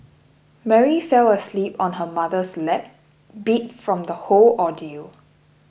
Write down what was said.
Mary fell asleep on her mother's lap beat from the whole ordeal